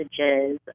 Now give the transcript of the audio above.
messages